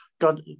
god